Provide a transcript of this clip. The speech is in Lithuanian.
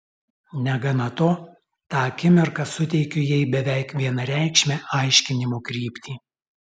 negana to tą akimirką suteikiu jai beveik vienareikšmę aiškinimo kryptį